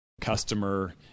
customer